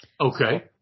Okay